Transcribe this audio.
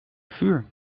vuur